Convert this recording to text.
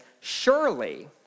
Surely